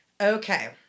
Okay